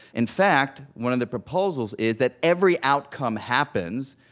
in fact, one of the proposals is that every outcome happens,